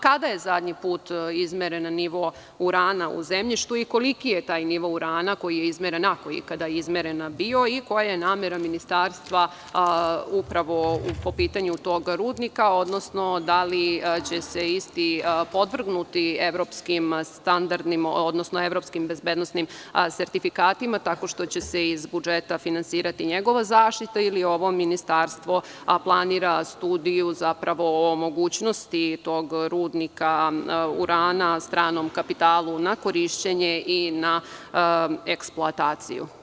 Kada je zadnji put izmeren nivo urana u zemljištu i koliki je taj nivo urana koji je izmeren, ako je ikada izmeren bio, i koja je namera Ministarstva upravo po pitanju tog rudnika, odnosno da li će se isti podvrgnuti Evropskim bezbednosnim sertifikatima tako što će se iz budžeta finansirati njegova zaštita ili ovo ministarstvo planira studiju o mogućnosti tog rudnika urana stranom kapitalu na korišćenje i na eksploataciju?